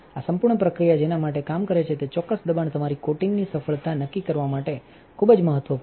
આ સંપૂર્ણ પ્રક્રિયા જેના પર કામ કરે છે તેચોક્કસદબાણ તમારી કોટિંગની સફળતા નક્કી કરવા માટે ખૂબ જ મહત્વપૂર્ણ છે